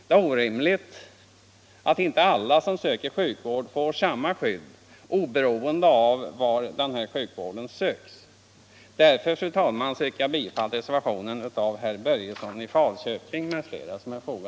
Det är orimligt att inte alla som söker sjukvård får samma skydd, oberoende av var denna sjukvård söks. Därför, fru talman, yrkar jag bifall till reservationen av herr Börjesson i Falköping m.fl.